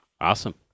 Awesome